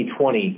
2020